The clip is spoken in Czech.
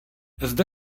zde